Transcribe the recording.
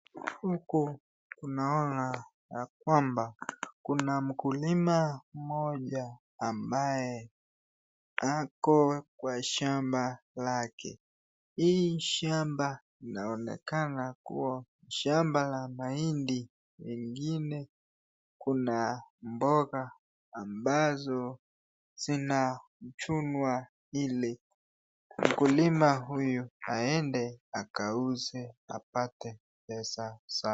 Huko kunaona ya kwamba kuna mkulima mmoja ambaye ako kwa shamba lake. Hii shamba inaonekana kuwa shamba la mahindi na ingine kuna mboga ambazo zinachunwa ili mkulima huyu aende akauze apate pesa. Asante.